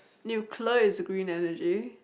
nuclear is the green energy